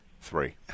three